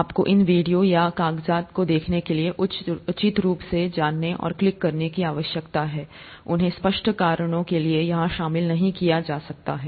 आपको इन वीडियो या कागजात को देखने के लिए उचित रूप से जाने और क्लिक करने की आवश्यकता है उन्हें स्पष्ट कारणों के लिए यहां शामिल नहीं किया जा सकता है